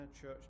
church